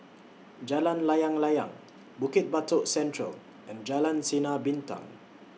Jalan Layang Layang Bukit Batok Central and Jalan Sinar Bintang